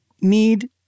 need